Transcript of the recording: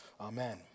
Amen